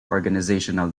organizational